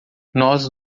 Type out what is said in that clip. nós